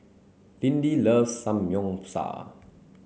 Lindy loves Samgyeopsal